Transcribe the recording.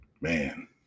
man